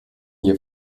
hier